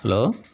hello